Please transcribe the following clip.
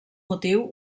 motiu